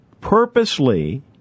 purposely